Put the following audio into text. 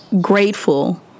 grateful